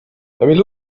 emil